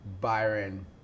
Byron